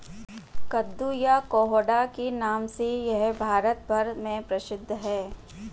कद्दू या कोहड़ा के नाम से यह भारत भर में प्रसिद्ध है